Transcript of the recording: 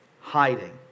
Hiding